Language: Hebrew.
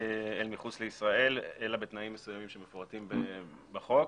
מחוץ לישראל אלא בתנאים מסוימים שמפורטים בחוק,